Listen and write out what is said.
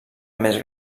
més